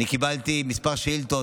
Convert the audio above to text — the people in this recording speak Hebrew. אני קיבלתי כמה שאילתות,